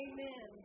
Amen